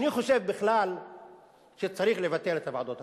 אני חושב בכלל שצריך לבטל את הוועדות הקרואות.